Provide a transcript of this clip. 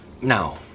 no